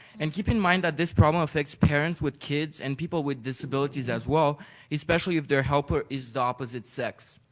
and keep in mind that this problem affects parents with kids and people with disabilities as well especially if they're helper is the opposite sex.